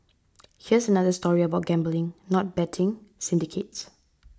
here's another story about gambling not betting syndicates